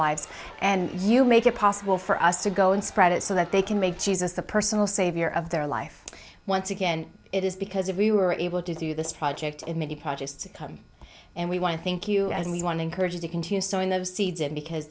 lives and you make it possible for us to go and spread it so that they can make jesus the personal savior of their life once again it is because if we were able to do this project in many projects to come and we want to thank you and we want to encourage you to continue sowing the seeds and because